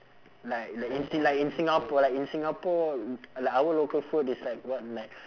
like like in si~ like in singapo~ like in singapore like our local food is like what like